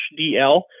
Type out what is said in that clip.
DL